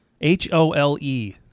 H-O-L-E